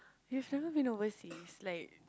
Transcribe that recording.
you've never been overseas like